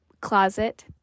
closet